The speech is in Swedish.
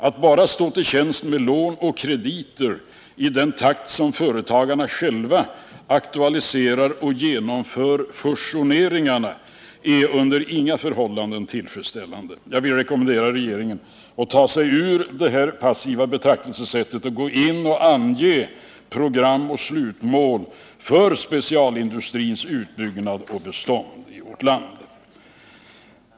Att bara stå till tjänst med lån och krediter i den takt som företagarna själva aktualiserar och genomför fusioneringarna är under inga förhållanden tillfredsställande. Jag vill rekommendera regeringen att ta sig ur sitt passiva betraktelsesätt och gå in och ange program och slutmål för specialstålindustrins utbyggnad och bestånd i vårt land.